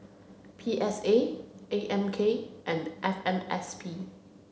P S A A M K and F M S P